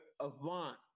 Avant